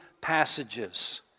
passages